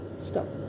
Stop